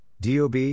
DOB